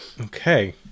okay